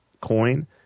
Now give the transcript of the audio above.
coin